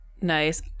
Nice